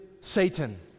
Satan